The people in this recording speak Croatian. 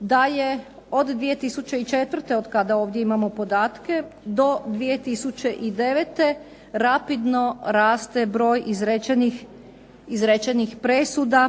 da je od 2004. od kada ovdje imamo podatke do 2009. rapidno raste broj izrečenih presuda